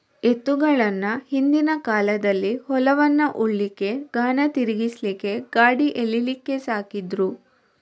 ಎತ್ತುಗಳನ್ನ ಹಿಂದಿನ ಕಾಲದಲ್ಲಿ ಹೊಲವನ್ನ ಉಳ್ಲಿಕ್ಕೆ, ಗಾಣ ತಿರ್ಗಿಸ್ಲಿಕ್ಕೆ, ಗಾಡಿ ಎಳೀಲಿಕ್ಕೆ ಸಾಕ್ತಿದ್ರು